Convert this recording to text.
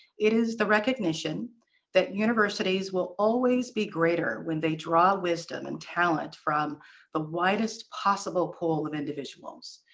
it is the recognition that universities will always be greater when they draw wisdom and talent from the widest possible pool of individuals.